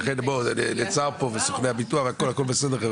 נעצר פה וסוכני הביטוח הכל בסדר.